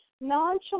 nonchalant